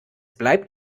bleibt